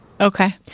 Okay